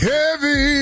Heavy